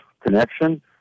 connection